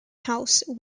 house